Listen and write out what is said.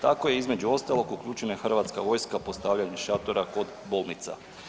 Tako je između ostaloga uključena i hrvatska vojska postavljanjem šatora kod bolnica.